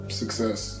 success